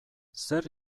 zer